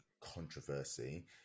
controversy